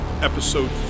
Episode